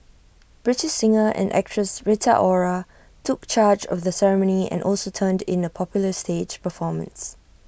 British singer and actress Rita Ora took charge of the ceremony and also turned in A popular stage performance